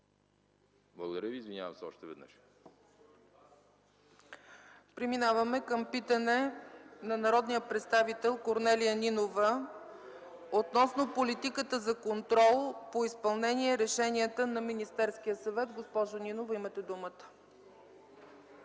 Благодаря Ви. Извинявам се още веднъж. ПРЕДСЕДАТЕЛ ЦЕЦКА ЦАЧЕВА: Преминаваме към питане на народния представител Корнелия Нинова относно политиката за контрол по изпълнение решенията на Министерския съвет. Госпожо Нинова, имате думата.